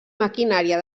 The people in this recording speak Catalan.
maquinària